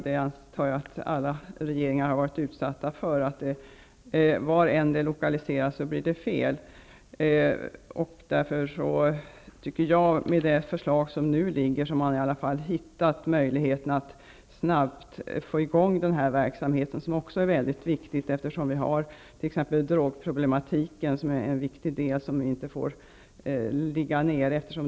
Jag antar att alla regeringar har varit utsatta för kritik därvidlag. Var man än lokaliserar så blir det fel. Med det förslag som nu föreligger har man i alla fall fått möjligheten att snabbt få i gång verksamheten, vilket är väldigt viktigt då det finns så många problem, t.ex. drogproblemen. Verksamheten får inte ligga nere.